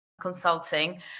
consulting